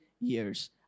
years